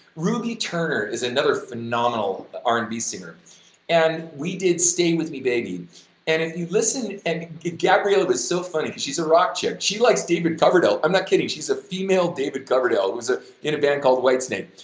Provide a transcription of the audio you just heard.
ruby turner is another phenomenal r and b singer and we did stay with me baby and if you listen and gabriela was so funny, she's a rock chick, she likes david coverdale, i'm not kidding, she's a female david coverdale who's ah in a band called whitesnake,